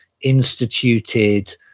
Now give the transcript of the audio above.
instituted